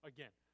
Again